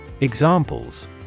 Examples